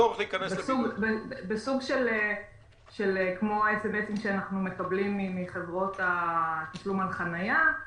בסוג כמו ה-SMS שאנחנו מקבלים מהחברות של תשלום על חנייה: